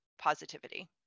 positivity